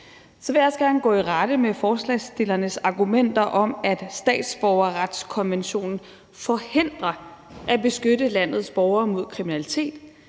Så vil jeg også gerne gå i rette med forslagsstillernes argumenter om, at statsborgerretskonventionen forhindrer os i at beskytte landets borgere mod kriminalitet,